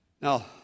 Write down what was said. Now